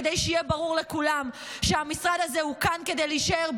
כדי שיהיה ברור לכולם שהמשרד הזה כאן כדי להישאר,